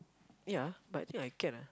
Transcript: ya but I think I can ah